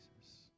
Jesus